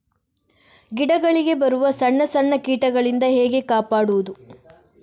ಗಿಡಗಳಿಗೆ ಬರುವ ಸಣ್ಣ ಸಣ್ಣ ಕೀಟಗಳಿಂದ ಹೇಗೆ ಕಾಪಾಡುವುದು?